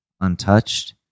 untouched